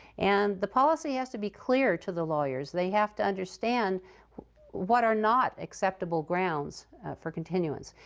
and the policy has to be clear to the lawyers. they have to understand what are not acceptable grounds for continuance.